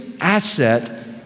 asset